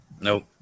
Nope